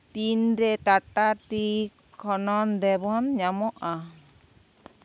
ᱴᱤᱱᱨᱮ ᱴᱟᱴᱟ ᱴᱤ ᱠᱷᱚᱱᱚᱱ ᱫᱮᱵᱷᱚᱱ ᱧᱟᱢᱚᱜᱼᱟ